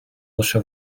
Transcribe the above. лише